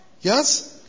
Yes